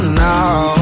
no